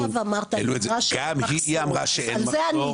גם היא אמרה שאין מחסור.